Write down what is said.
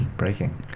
breaking